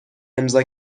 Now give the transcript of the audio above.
امضا